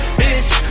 bitch